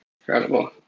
Incredible